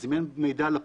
אז אם אין מידע על הפגיעה,